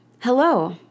Hello